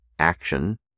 Action